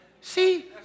See